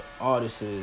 artists